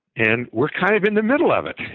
and we're kind of in the middle of it.